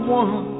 one